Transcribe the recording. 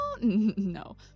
no